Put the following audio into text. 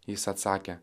jis atsakė